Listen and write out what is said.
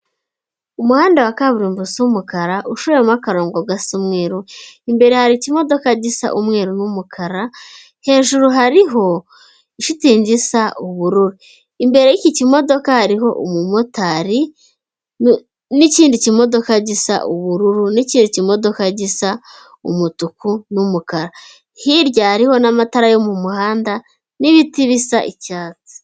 Umuhanda wa kaburimbo usa umukara ucoyemo akarongo gasa umweru, imbere hari ikimodoka gisa umweru n'umukara, hejuru hariho ishitingi isa ubururu. Imbere y'iki kimodoka hariho umumotari n'ikindi kimodoka gisa ubururu, n'ikindi kimodoka gisa umutuku n'umukara. Hirya hariho n'amatara yo mu muhanda n'ibiti bisa icyatsi.